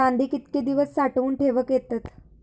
कांदे कितके दिवस साठऊन ठेवक येतत?